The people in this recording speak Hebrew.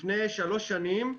לפני שלוש שנים,